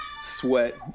sweat